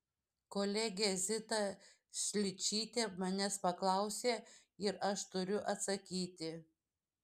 kolegė zita šličytė manęs paklausė ir aš turiu atsakyti